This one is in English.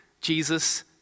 Jesus